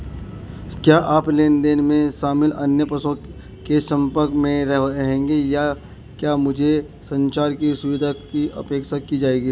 क्या आप लेन देन में शामिल अन्य पक्षों के संपर्क में रहेंगे या क्या मुझसे संचार की सुविधा की अपेक्षा की जाएगी?